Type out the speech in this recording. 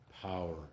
power